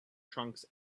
trunks